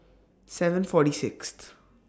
seven forty Sixth